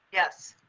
yes.